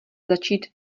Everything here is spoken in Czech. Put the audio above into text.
začít